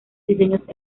diseños